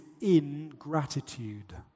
ingratitude